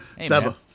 Seba